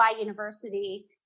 university